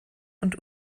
und